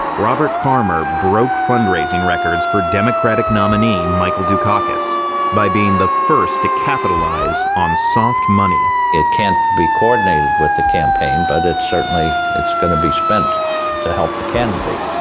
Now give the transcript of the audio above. robert farmer broke fundraising records for democratic nominee michael dukakis by being the first to capitalize on soft money. it can't be coordinated with the campaign but it certainly, it's going to be spent to help the candidate.